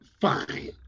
fine